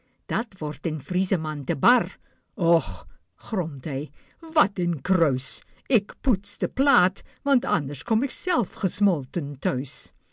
dat wordt den vriezeman te bar och bromt hij wat een kruis ik poets de plaat want anders kom ik zelf gesmolten thuis